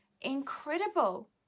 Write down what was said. incredible